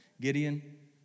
Gideon